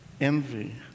envy